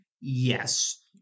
yes